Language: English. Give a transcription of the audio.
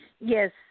Yes